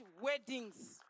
weddings